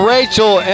Rachel